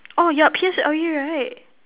orh you're P_S_L_E right